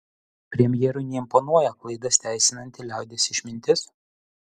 premjerui neimponuoja klaidas teisinanti liaudies išmintis